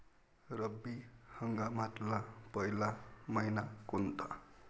रब्बी हंगामातला पयला मइना कोनता?